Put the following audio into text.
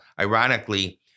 ironically